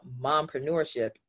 mompreneurship